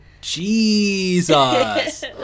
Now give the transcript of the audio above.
Jesus